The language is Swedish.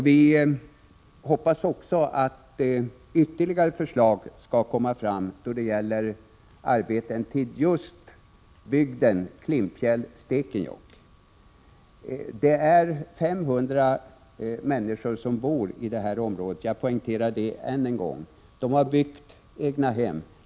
Vi hoppas också att ytterligare förslag skall komma fram då det gäller arbeten till just bygden kring Klimpfjäll och Stekenjokk. Det är 500 människor som bor i detta område. Jag poängterar detta än en gång. De har byggt egnahem.